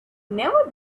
never